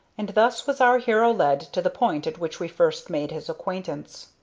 and thus was our hero led to the point at which we first made his acquaintance.